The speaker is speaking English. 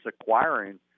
acquiring